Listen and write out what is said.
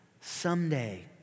someday